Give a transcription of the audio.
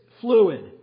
fluid